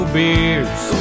beers